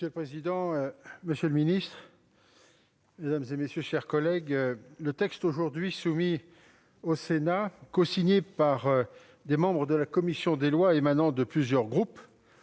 Monsieur le président, monsieur le garde des sceaux, mes chers collègues, le texte qui est aujourd'hui soumis au Sénat, cosigné par des membres de la commission des lois émanant de plusieurs groupes,